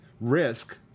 risk